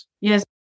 Yes